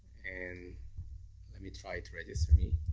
and let me try to register me.